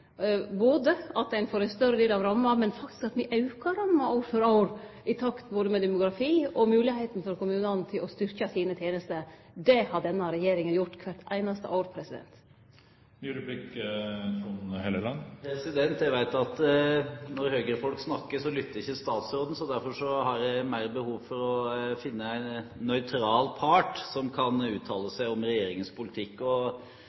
både det at ein får ein større del av ramma, og at me aukar ramma år for år, i takt med demografi og moglegheita for kommunane til å styrkje sine tenester. Dét har denne regjeringa gjort kvart einaste år. Jeg vet at når Høyre-folk snakker, lytter ikke statsråden. Derfor har jeg mer behov for å finne en nøytral part som kan uttale seg om regjeringens politikk. Statsråden har i mange år vært medlem av fylkestinget i Sogn og